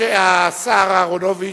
השר אהרונוביץ,